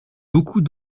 beaucoup